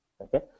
Okay